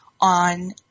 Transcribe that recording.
on